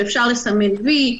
שאפשר לסמן וי,